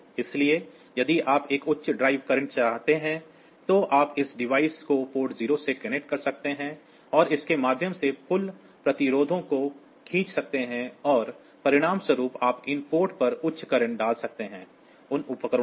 इसलिए यदि आप एक उच्च ड्राइव करंट चाहते हैं तो आप उस डिवाइस को पोर्ट 0 से कनेक्ट कर सकते हैं और इसके माध्यम से पुल प्रतिरोधों को खींच सकते हैं और परिणामस्वरूप आप उन पोर्ट पर उच्च करंट डाल सकते हैं उन उपकरणों पर